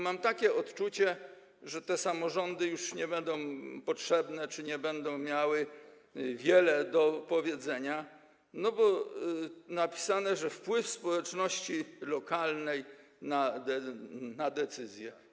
Mam takie odczucie, że te samorządy już nie będą potrzebne czy nie będą miały wiele do powiedzenia, bo jest zapis o wpływie społeczności lokalnej na decyzję.